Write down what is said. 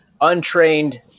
untrained